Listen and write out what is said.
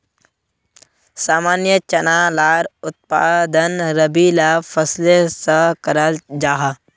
सामान्य चना लार उत्पादन रबी ला फसलेर सा कराल जाहा